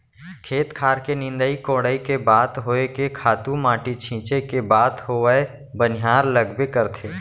खेत खार के निंदई कोड़ई के बात होय के खातू माटी छींचे के बात होवय बनिहार लगबे करथे